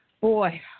Boy